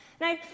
Now